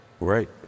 Right